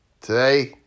today